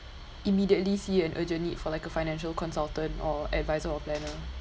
immediately see an urgent need for like a financial consultant or advisor or planner